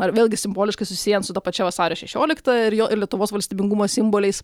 ar vėlgi simboliškai susiejant su ta pačia vasario šešiolikta ir jo ir lietuvos valstybingumo simboliais